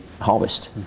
harvest